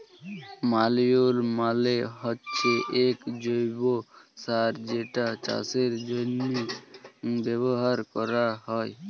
ম্যালইউর মালে হচ্যে এক জৈব্য সার যেটা চাষের জন্হে ব্যবহার ক্যরা হ্যয়